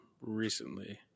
recently